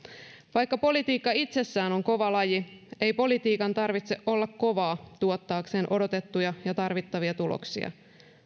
vaikka politiikka itsessään on kova laji ei politiikan tarvitse olla kovaa tuottaakseen odotettuja ja tarvittavia tuloksia